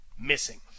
missing